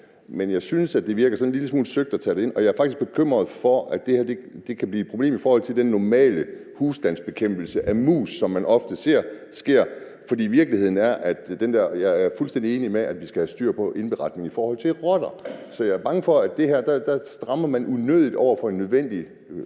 men jeg synes, det virker sådan en lille smule søgt at tage det ind, og jeg er faktisk bekymret for, at det her kan blive et problem i forhold til den normale husstandsbekæmpelse af mus, som man ofte ser ske. Jeg er fuldstændig enig i, at vi skal have styr på indberetningen i forhold til rotter. Jeg er bange for, at her strammer man unødigt over for husstande,